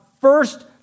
first